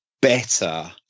better